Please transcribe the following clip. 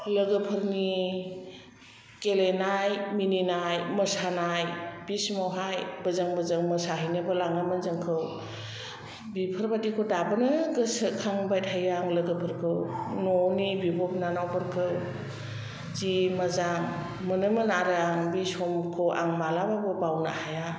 लोगोफोरनि गेलेनाय मिनिनाय मोसानाय बि समावहाय बोजों बोजों मोसाहैनोबो लाङोमोन जोंखौ बिफोरबादिखौ दाबोनो गोसोखांबाय थायो आं लोगोफोरखौ न'आवनि बिब' बिनानावफोरखौ जि मोजां मोनोमोन आरो आं बि समखौ मालाबाबो बावनो हाया